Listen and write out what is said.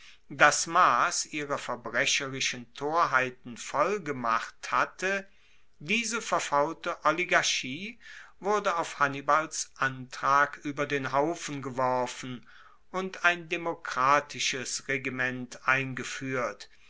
das mass ihrer verbrecherischen torheiten voll gemacht hatte diese verfaulte oligarchie wurde auf hannibals antrag ueber den haufen geworfen und ein demokratisches regiment eingefuehrt